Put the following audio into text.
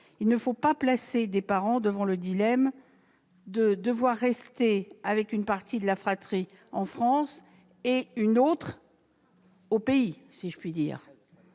Il ne faut pas placer des parents devant le dilemme de devoir rester avec une partie de la fratrie en France ou avec une autre au pays. Certains